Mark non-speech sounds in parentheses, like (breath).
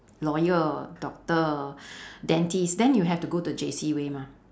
lawyer doctor (breath) dentist then you have to go the J_C way mah